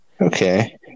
Okay